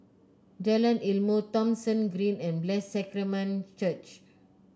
Jalan Ilmu Thomson Green and Blessed Sacrament Church